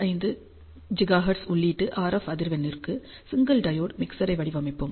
25 gigahertz உள்ளீட்டு RF அதிர்வெண்ணிற்கு single diode மிக்சரை வடிவமைப்போம்